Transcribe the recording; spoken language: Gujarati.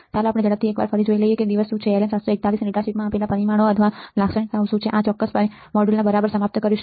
ચાલો આપણે ઝડપથી ફરી એકવાર જોઈએ કે દિવસ શું છે LM741 ની ડેટા શીટમાં આપેલા પરિમાણો અથવા લાક્ષણિકતાઓ શું છે અને આપણે આ ચોક્કસ મોડ્યુલને બરાબર સમાપ્ત કરીશું